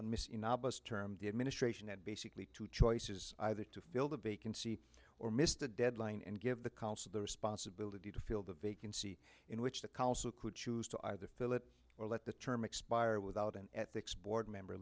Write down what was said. miss term the administration had basically two choices either to fill the vacancy or missed the deadline and give the cost of the responsibility to fill the vacancy in which the council could choose to either fill it or let the term expires without an ethics board member